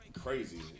crazy